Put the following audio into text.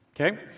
Okay